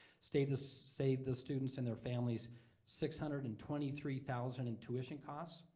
status saved the students and their families six hundred and twenty three thousand in tuition cost.